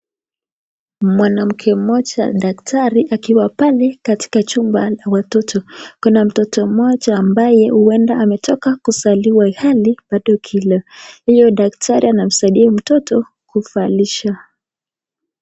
Mwanamke mmoja daktari akiwa pale katika jumba la watoto. Kuna mtoto mmoja ambaye huenda ametoka kuzaliwa ilhali bado kilo. Huyo daktari anamsaidia mtoto kuvalisha.